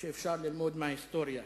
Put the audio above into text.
שאפשר ללמוד מההיסטוריה.